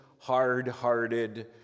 hard-hearted